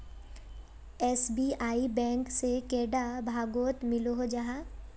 SBI bank से कैडा भागोत मिलोहो जाहा?